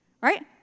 right